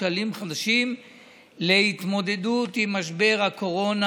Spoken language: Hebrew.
שקלים חדשים להתמודדות עם משבר הקורונה,